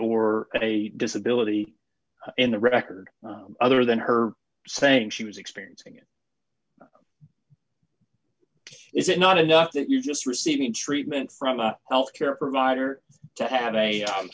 or a disability in the record other than her saying she was experiencing it is it not enough that you just receiving treatment from a health care provider to have a